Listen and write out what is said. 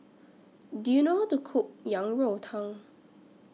Do YOU know How to Cook Yang Rou Tang